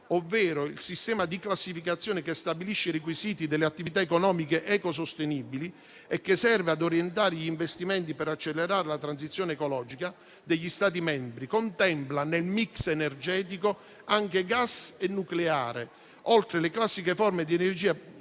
ovvero il sistema di classificazione che stabilisce i requisiti delle attività economiche ecosostenibili e che serve a orientare gli investimenti per accelerare la transizione ecologica degli Stati membri, contempla nel *mix* energetico anche gas e nucleare, oltre alle classiche forme di energia